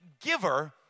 giver